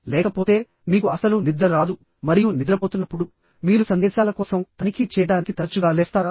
లేకపోతే మీకు అస్సలు నిద్ర రాదు మరియు నిద్రపోతున్నప్పుడు మీరు సందేశాల కోసం తనిఖీ చేయడానికి తరచుగా లేస్తారా